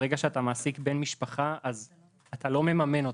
ברגע שאתה מעסיק בן משפחה אז אתה לא מממן אותו,